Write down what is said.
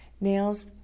nails